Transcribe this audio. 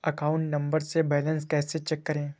Account number से balance कैसे check करें?